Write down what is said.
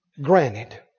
granted